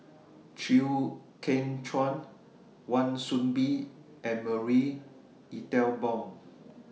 Chew Kheng Chuan Wan Soon Bee and Marie Ethel Bong